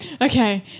okay